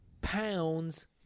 pounds